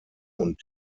und